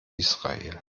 israel